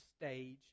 stage